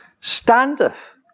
standeth